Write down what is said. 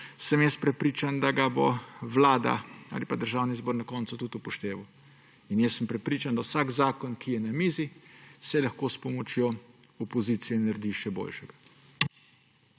sem jaz prepričan, da ga bo vlada ali pa državni zbor na koncu tudi upošteval. Jaz sem prepričan, da vsak zakon, ki je na mizi, se lahko s pomočjo opozicije naredi še boljši.